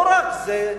לא רק זה,